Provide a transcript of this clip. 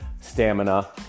stamina